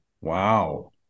Wow